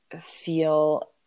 feel